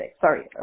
Sorry